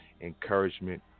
encouragement